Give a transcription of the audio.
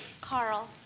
Carl